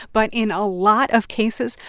but in a lot of cases,